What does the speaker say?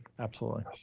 absolutely.